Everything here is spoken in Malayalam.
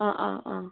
അ അ അ